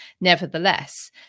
nevertheless